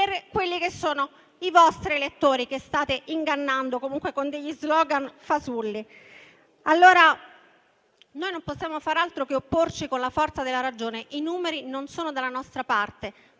a quelli che sono i vostri elettori, che state ingannando comunque con degli *slogan* fasulli. Noi non possiamo far altro che opporci con la forza della ragione: i numeri non sono dalla nostra parte,